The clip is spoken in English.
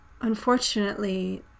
unfortunately